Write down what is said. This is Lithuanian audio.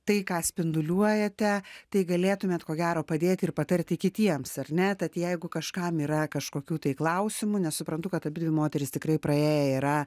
tai ką spinduliuojate tai galėtumėt ko gero padėti ir patarti kitiems ar ne tad jeigu kažkam yra kažkokių tai klausimų nes suprantu kad abidvi moterys tikrai praėję yra